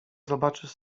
zobaczysz